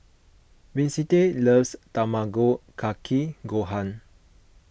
Vicente loves Tamago Kake Gohan